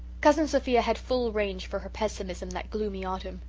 cousin sophia had full range for her pessimism that gloomy autumn,